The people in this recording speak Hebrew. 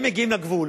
הם מגיעים לגבול,